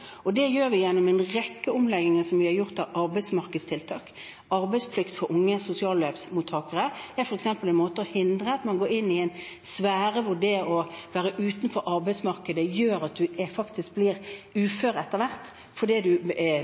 og det har vi gjort gjennom en rekke omlegginger innen arbeidsmarkedstiltak. Arbeidsplikt for unge sosialhjelpsmottakere er f.eks. for å hindre at man går inn i en sfære hvor det å være utenfor arbeidsmarkedet gjør at man faktisk blir ufør etter hvert fordi man mister egen evne og selvtillit til å gjøre det. Vi har Kompetansepluss – og det er